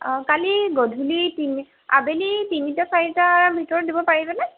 অ' কালি গধূলি তিনি আবেলি তিনিটা চাৰিটাৰ ভিতৰত দিব পাৰিবেনে